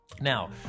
Now